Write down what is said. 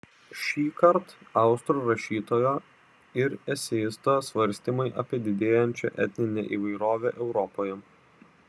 šįkart austrų rašytojo ir eseisto svarstymai apie didėjančią etninę įvairovę europoje